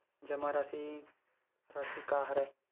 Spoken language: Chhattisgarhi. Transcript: जमा राशि राशि का हरय?